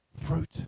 fruit